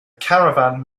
caravan